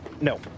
No